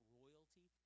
royalty